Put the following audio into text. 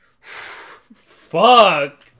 Fuck